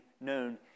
known